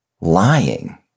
lying